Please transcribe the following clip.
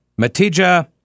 Matija